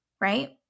right